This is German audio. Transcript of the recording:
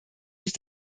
sich